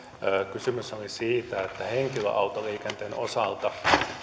kysymys oli siitä että henkilöautoliikenteen osalta